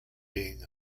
being